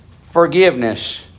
forgiveness